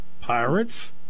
Pirates